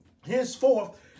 henceforth